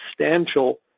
substantial